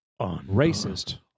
racist